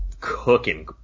cooking